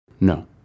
No